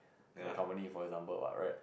that company for example what right